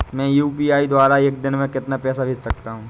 मैं यू.पी.आई द्वारा एक दिन में कितना पैसा भेज सकता हूँ?